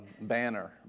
banner